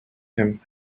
him